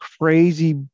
crazy